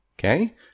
Okay